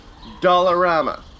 Dollarama